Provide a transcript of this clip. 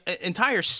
entire